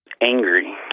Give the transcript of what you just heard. angry